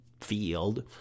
field